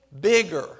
bigger